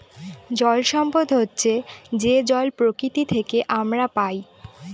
জল সম্পদ হচ্ছে যে জল প্রকৃতি থেকে আমরা পায়